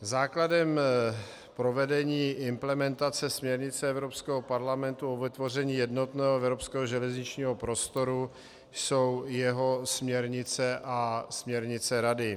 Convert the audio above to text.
Základem provedení implementace směrnic Evropského parlamentu o vytvoření jednotného evropského železničního prostoru jsou jeho směrnice a směrnice Rady.